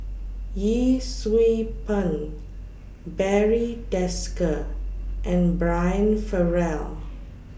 Yee Siew Pun Barry Desker and Brian Farrell